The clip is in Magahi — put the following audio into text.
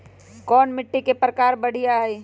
कोन मिट्टी के प्रकार बढ़िया हई?